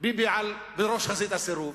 ביבי בראש חזית הסירוב.